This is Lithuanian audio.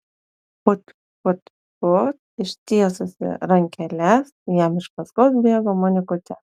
put put put ištiesusi rankeles jam iš paskos bėgo monikutė